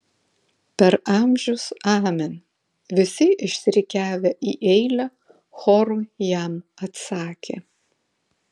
per amžius amen visi išsirikiavę į eilę choru jam atsakė